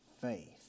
faith